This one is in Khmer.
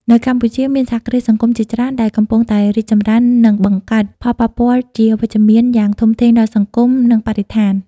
នៅកម្ពុជា មានសហគ្រាសសង្គមជាច្រើនដែលកំពុងតែរីកចម្រើន និងបង្កើតផលប៉ះពាល់ជាវិជ្ជមានយ៉ាងធំធេងដល់សង្គម និងបរិស្ថាន ។